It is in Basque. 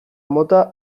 mota